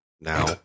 now